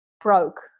broke